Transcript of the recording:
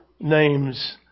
names